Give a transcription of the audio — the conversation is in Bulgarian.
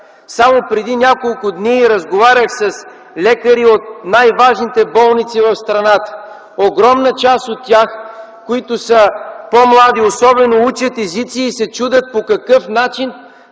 Само преди няколко дни разговарях с лекари от най-важните болници в страната. Огромна част от тях, които са по-млади особено, учат езици и се чудят по какъв начин